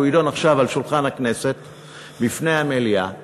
והוא יידון עכשיו בפני המליאה,